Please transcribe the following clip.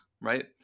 right